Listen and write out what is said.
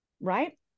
right